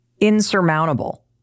insurmountable